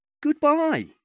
goodbye